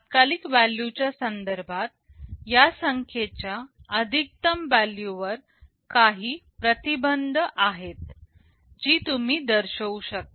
तात्कालिक व्हॅल्यू च्या संदर्भात या संख्येच्या अधिकतम व्हॅल्यूवर काही प्रतिबंध आहेत जी तुम्ही दर्शवू शकता